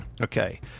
Okay